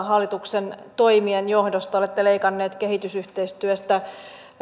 hallituksen toimien johdosta olette leikanneet kehitysyhteistyöstä